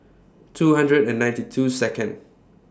two hundred and ninety two Second